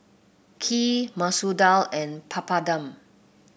Kheer Masoor Dal and Papadum